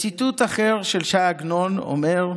ציטוט אחר של ש"י עגנון אומר: